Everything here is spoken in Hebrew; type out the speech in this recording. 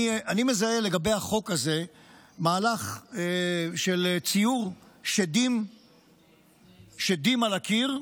אני מזהה לגבי החוק הזה מהלך של ציור שדים על הקיר,